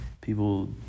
people